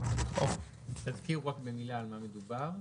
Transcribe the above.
תזכיר במילה רק על מה מדובר.